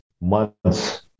months